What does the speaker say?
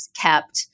kept